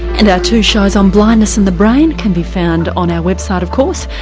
and our two shows on blindness and the brain can be found on our website of course,